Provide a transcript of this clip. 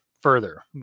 further